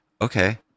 Okay